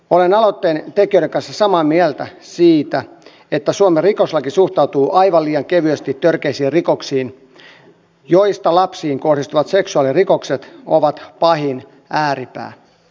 olen aloitteen tekijöiden kanssa samaa mieltä siitä että suomen rikoslaki suhtautuu aivan liian kevyesti törkeisiin rikoksiin joista lapsiin kohdistuvat seksuaalirikokset ovat pahin ääripää